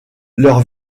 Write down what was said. leurs